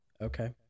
Okay